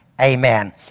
Amen